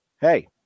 Hey